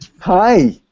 Hi